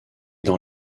dans